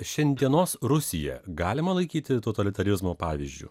šiandienos rusiją galima laikyti totalitarizmo pavyzdžiu